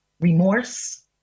remorse